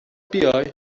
بیای